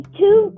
two